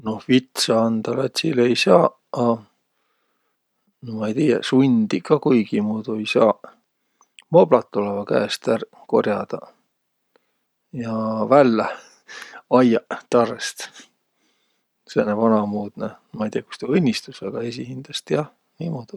Noh, vitsa andaq latsilõ ei saaq, a no ma ei tiiäq, sundiq kah kuigimuudu ei saaq. Moblaq tulõvaq käest ärq kor'adaq ja vällä ajjaq tarõst. Sääne vanamuudnõ. Ma ei tiiäq, kuis tuu õnnistus, agaq esiqhindäst jah, niimuudu.